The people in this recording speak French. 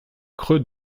creux